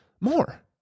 more